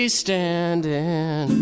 standing